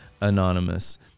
anonymous